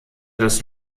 das